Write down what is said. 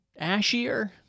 ashier